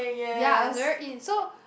ya it was very in so